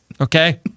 Okay